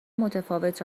متفاوت